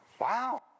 Wow